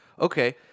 okay